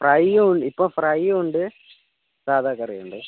fry ഉണ്ട് ഇപ്പോൾ fry ഉണ്ട് സാധാ കറി ഉണ്ട്